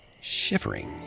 shivering